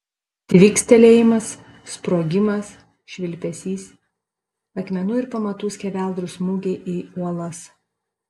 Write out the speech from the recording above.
tvykstelėjimas sprogimas švilpesys akmenų ir pamatų skeveldrų smūgiai į uolas